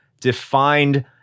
defined